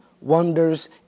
wonders